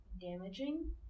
damaging